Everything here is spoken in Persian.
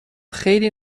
خیلی